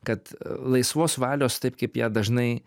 kad laisvos valios taip kaip ją dažnai